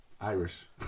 irish